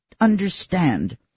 understand